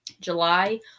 July